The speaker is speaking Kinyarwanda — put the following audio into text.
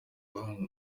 abahungu